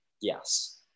Yes